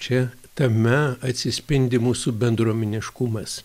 čia tame atsispindi mūsų bendruomeniškumas